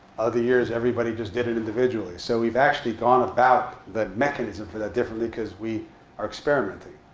other years, everybody just did it individually. so we've actually gone about the mechanism for that differently. because we are experimenting.